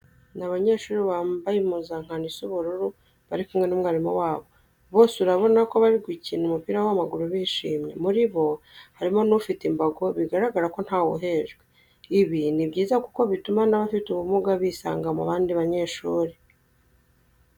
Ni abanyeshuri bambaye impuzankano isa ubururu bari kumwe n'umwerimu wabo. Bose urabona ko bari gukina umupira w'amaguru bishimye. Muri bo harimo n'ufite imbago bigaragaza ko ntawe uhejwe. Ibi ni byiza kuko bituma n'abafite ubumuga bisanga mu bandi banyehuri.